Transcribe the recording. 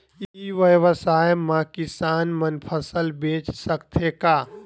ई व्यवसाय म किसान मन फसल बेच सकथे का?